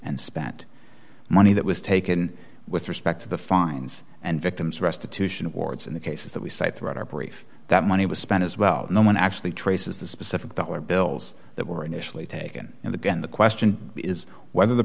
and spent money that was taken with respect to the fines and victims restitution awards in the cases that we cite throughout our brief that money was spent as well no one dollar actually traces the specific dollar bills that were initially taken in the gun the question is whether the